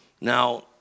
Now